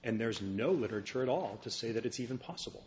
and there's no literature at all to say that it's even possible